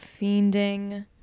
fiending